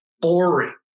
boring